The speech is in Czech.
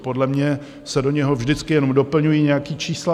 Podle mě se do něho vždycky jenom doplňují nějaká čísla.